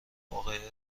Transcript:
واقعه